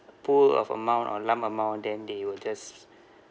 a pool of amount or lump amount then they will just